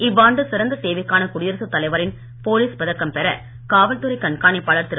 இவ்வாண்டு சிறந்த சேவைக்கான குடியரசுத் தலைவரின் போலீஸ் பதக்கம் பெற காவல் துறை கண்காணிப்பாளர் திரு